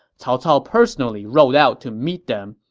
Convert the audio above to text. cao cao personally rode out to meet them,